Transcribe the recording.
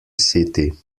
city